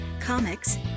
comics